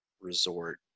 resort